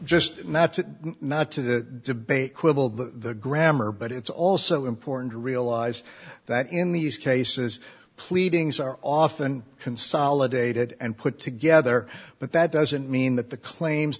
that's not to debate quibble the grammar but it's also important to realize that in these cases pleadings are often consolidated and put together but that doesn't mean that the claims